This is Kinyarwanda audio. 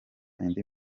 indi